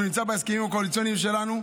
שהוא נמצא בהסכמים הקואליציוניים שלנו.